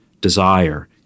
desire